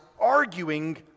arguing